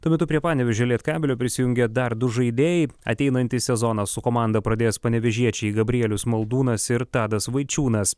tuo metu prie panevėžio lietkabelio prisijungė dar du žaidėjai ateinantį sezoną su komanda pradės panevėžiečiai gabrielius maldūnas ir tadas vaičiūnas